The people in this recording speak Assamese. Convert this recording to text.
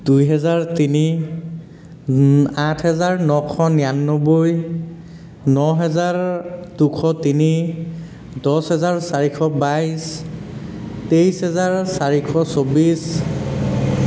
দুই হেজাৰ তিনি আঠ হেজাৰ নশ নিৰানব্বৈ ন হেজাৰ দুশ তিনি দহ হেজাৰ চাৰিশ বাইছ তেইছ হাজাৰ চাৰিশ চৌবিছ